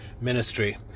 ministry